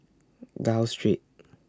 Gul Street